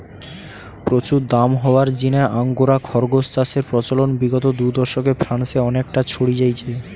প্রচুর দাম হওয়ার জিনে আঙ্গোরা খরগোস চাষের প্রচলন বিগত দুদশকে ফ্রান্সে অনেকটা ছড়ি যাইচে